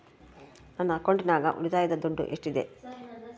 ನನ್ನ ಅಕೌಂಟಿನಾಗ ಉಳಿತಾಯದ ದುಡ್ಡು ಎಷ್ಟಿದೆ?